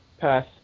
Pass